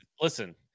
listen